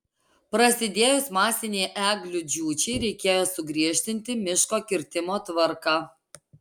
prasidėjus masinei eglių džiūčiai reikėjo sugriežtinti miško kirtimo tvarką